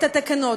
את התקנות.